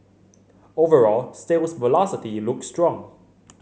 overall sales velocity looks strong